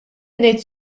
ngħid